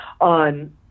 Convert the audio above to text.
on